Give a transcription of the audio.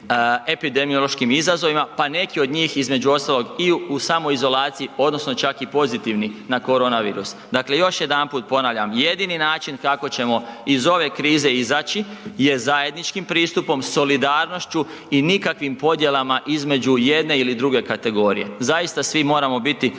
epidemiološkim izazovima, pa neki od njih između ostalog i u samoizolaciji odnosno čak i pozitivni na korona virus. Dakle, još jedanput ponavljam jedini način kako ćemo iz ove krize izaći je zajedničkim pristupom, solidarnošću i nikakvim podjelama između jedne ili druge kategorije. Zaista svi moramo biti